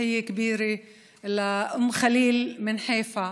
יישר כוח לאום ח'ליל מחיפה.